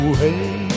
hey